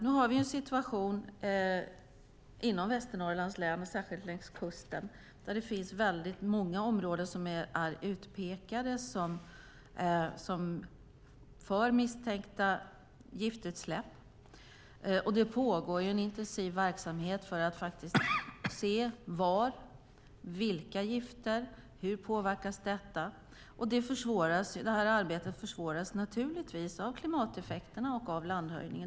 Nu har vi en situation inom Västernorrlands län och särskilt längs kusten där det finns många områden som är utpekade för misstänkta giftutsläpp. Det pågår en intensiv verksamhet för att se var det är, vilka gifter det handlar om och vilken påverkan de har. Arbetet försvåras naturligtvis av klimateffekterna och av landhöjningen.